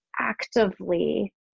actively